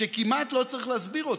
שכמעט לא צריך להסביר אותו.